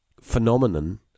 phenomenon